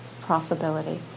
possibility